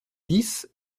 dix